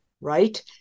right